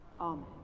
Amen